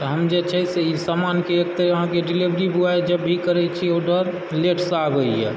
तऽ हम जे छै से ई समानके एक तऽ अहाँकेँ डिलेवरी बॉय जब भी करय छी ऑर्डर लेटसँ आबयए